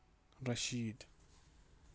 Rashid